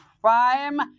prime